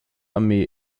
armee